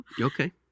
Okay